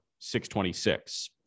626